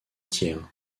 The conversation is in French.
tiers